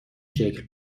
شکل